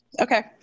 Okay